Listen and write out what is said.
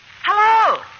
Hello